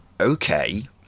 Okay